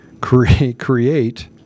create